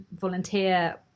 volunteer